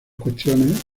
cuestiones